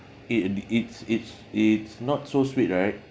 it it's it's it's not so sweet right